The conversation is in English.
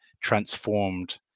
transformed